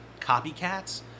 copycats